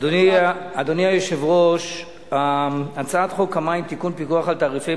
אדוני היושב-ראש, הצעת חוק המים (תיקון,